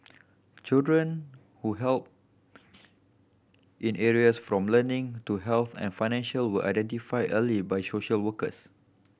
children who help in areas from learning to health and finance were identified early by social workers